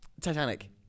Titanic